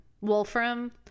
wolfram